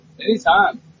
anytime